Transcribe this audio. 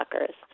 suckers